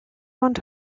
want